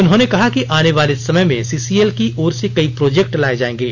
उन्होंने कहा कि आने वाले समय में सीसीएल की ओर से कई प्रोजेक्ट लाए जाएंगे